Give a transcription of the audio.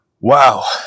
Wow